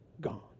gone